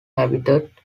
habitat